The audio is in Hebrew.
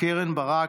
קרן ברק,